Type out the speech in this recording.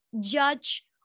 judge